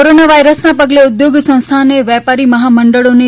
corona વાયરસના પગલે ઉદ્યોગ સંસ્થા અને વેપારી મહામંડળોને